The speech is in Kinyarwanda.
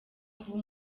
kuba